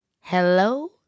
Hello